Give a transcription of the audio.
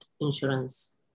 insurance